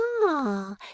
Ah